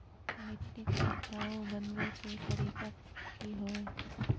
मिट्टी के उपजाऊ बनबे के तरिका की हेय?